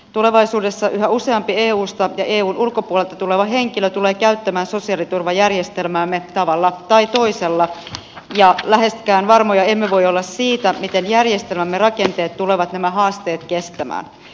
tulevaisuudessa yhä useampi eusta ja eun ulkopuolelta tuleva henkilö tulee käyttämään sosiaaliturvajärjestelmäämme tavalla tai toisella ja läheskään varmoja emme voi olla siitä miten järjestelmämme rakenteet tulevat nämä haasteet kestämään